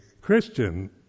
Christian